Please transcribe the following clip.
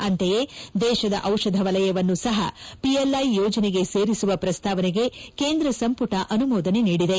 ಅಂತೆಯೇ ದೇಶದ ಔಷಧ ವಲಯವನ್ನು ಸಹ ಪಿಎಲ್ಐ ಯೋಜನೆಗೆ ಸೇರಿಸುವ ಪ್ರಸ್ತಾವನೆಗೆ ಕೇಂದ್ರ ಸಂಪುಟ ಅನುಮೋದನೆ ನೀಡಿದೆ